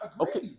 okay